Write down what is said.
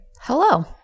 Hello